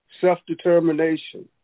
self-determination